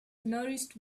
nourished